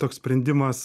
toks sprendimas